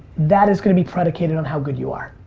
that is gonna be predicated on how good you are.